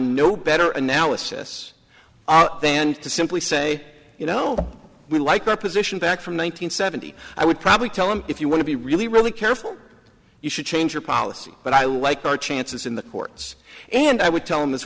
on no better analysis then to simply say you know we like our position back from one nine hundred seventy i would probably tell him if you want to be really really careful you should change your policy but i like our chances in the courts and i would tell him as